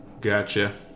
Gotcha